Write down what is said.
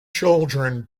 children